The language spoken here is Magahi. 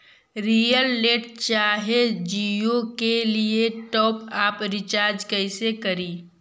एयरटेल चाहे जियो के लिए टॉप अप रिचार्ज़ कैसे करी?